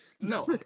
No